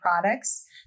products